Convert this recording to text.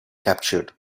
captured